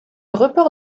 report